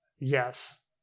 yes